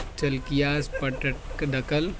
چیلکیاز پٹرٹ ڈکل